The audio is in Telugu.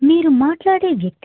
మీరు మాట్లాడే వ్యక్తి